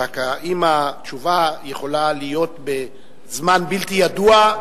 אך האם התשובה יכולה להיות בזמן בלתי ידוע,